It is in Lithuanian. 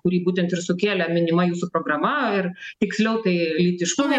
kurį būtent ir sukėlė minima jūsų programa ir tiksliau tai lytiškume